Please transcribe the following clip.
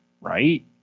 right